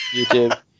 YouTube